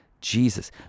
Jesus